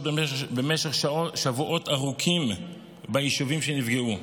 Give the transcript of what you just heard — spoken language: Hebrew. במשך שבועות ארוכים ביישובים שנפגעו,